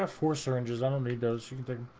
ah four syringes on on the docent and